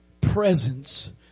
presence